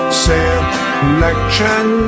selection